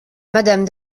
madame